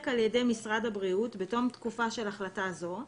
על-ידי משרד הבריאות בתום תוקפה של החלטה זו,